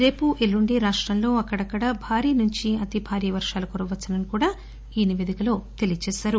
రేపు ఎల్లుండి రాష్టంలో అక్కడక్కడా భారీ నుంచి అతి భారీ వర్షాలు కురవవచ్చని కూడా ఈ నివేదికలో తెలియచేశారు